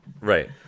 Right